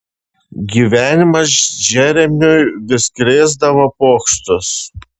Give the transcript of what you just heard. gyvenimas džeremiui vis krėsdavo pokštus